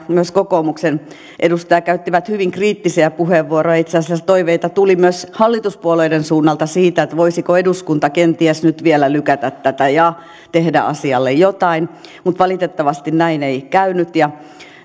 myös kokoomuksen edustaja käyttivät hyvin kriittisiä puheenvuoroja itse asiassa toiveita tuli myös hallituspuolueiden suunnalta siitä voisiko eduskunta kenties nyt vielä lykätä tätä ja tehdä asialle jotain mutta valitettavasti näin ei käynyt ja